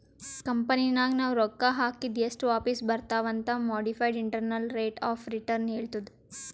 ಕಂಪನಿನಾಗ್ ನಾವ್ ರೊಕ್ಕಾ ಹಾಕಿದ್ ಎಸ್ಟ್ ವಾಪಿಸ್ ಬರ್ತಾವ್ ಅಂತ್ modified internal rate of return ಹೇಳ್ತುದ್